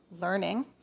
learning